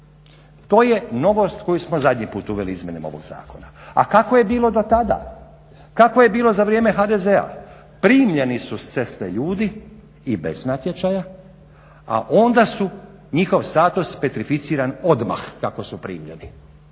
To je novost koju smo zadnji puta uveli u izmjenama ovog zakona. A kako je bilo do tada? Kako je bilo za vrijeme HDZ-a? primljeni su s ceste ljudi i bez natječaja, a onda su njihov status petrificiran odmah kako su primljeni.